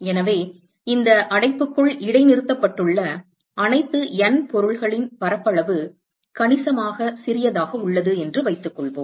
எனவே இந்த அடைப்புக்குள் இடைநிறுத்தப்பட்டுள்ள அனைத்து N பொருள்களின் பரப்பளவு கணிசமாக சிறியதாக உள்ளது என்று வைத்துக்கொள்வோம்